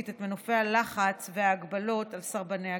את מנופי הלחץ וההגבלות על סרבני הגט.